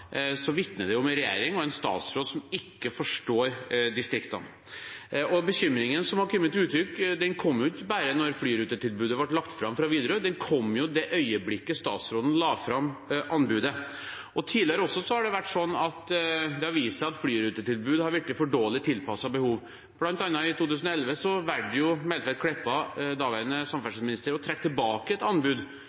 vitner om en regjering og en statsråd som ikke forstår distriktene. Bekymringen som har kommet til uttrykk, kom ikke bare da flyrutetilbudet fra Widerøe ble lagt fram, den kom i det øyeblikket statsråden la fram anbudet. Også tidligere har det vist seg at flyrutetilbud har vært for dårlig tilpasset behovet. Blant annet i 2011 valgte Meltveit Kleppa, daværende samferdselsminister, å trekke tilbake et anbud